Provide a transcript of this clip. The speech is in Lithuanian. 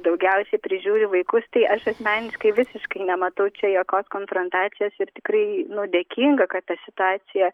daugiausiai prižiūri vaikus tai aš asmeniškai visiškai nematau čia jokios konfrontacijos ir tikrai nu dėkinga kad ta situacija